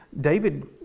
David